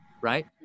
Right